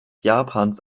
japans